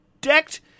decked